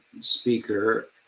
speaker